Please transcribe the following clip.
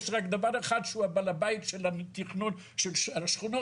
יש רק דבר אחד שהוא בעל הבית של התכנון של שכונות.